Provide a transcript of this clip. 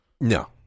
No